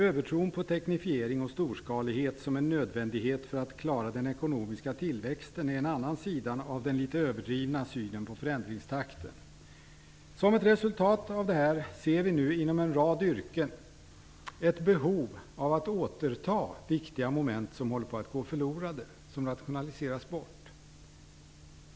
Övertron på teknifiering och storskalighet som en nödvändighet för att klara den ekonomiska tillväxten är en annan sida av den litet överdrivna synen på förändringstakten. Som ett resultat av detta ser vi nu inom en rad yrken ett behov av att återta viktiga moment som håller på att går förlorade och som rationaliseras bort.